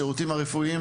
השירותים הרפואיים